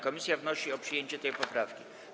Komisja wnosi o przyjęcie tej poprawki.